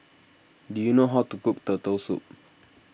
do you know how to cook Turtle Soup